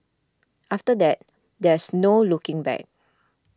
after that there's no looking back